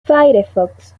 firefox